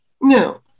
No